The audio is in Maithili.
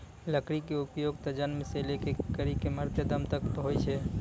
लकड़ी के उपयोग त जन्म सॅ लै करिकॅ मरते दम तक पर होय छै भाय